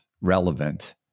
relevant